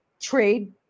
trade